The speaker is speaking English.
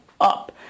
up